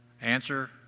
Answer